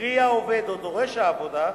קרי העובד או דורש העבודה,